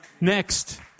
Next